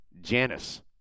Janice